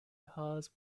cars